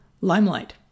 limelight